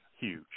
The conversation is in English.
huge